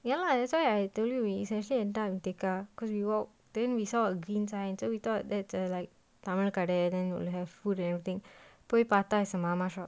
ya lah that's why I told you it's actually end up at tekka cause we walk then we saw a green sign and so we thought that is like தமிழுகெடயாது:thamilu kedayadhu there then you will have food and everything போய்பாத்தாஅதுஎங்க:poi pattha adhu enga is a mama shop